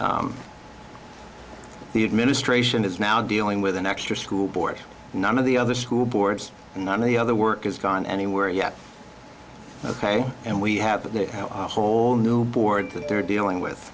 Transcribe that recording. now the administration is now dealing with an extra school board none of the other school boards and i mean the other work has gone anywhere yet ok and we have a whole new board that they're dealing with